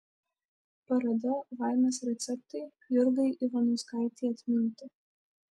paroda laimės receptai jurgai ivanauskaitei atminti